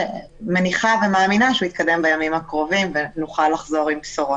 מניחה ומאמינה שהוא יתקדם בימים הקרובים ונוכל לחזור עם בשורות.